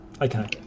Okay